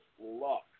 luck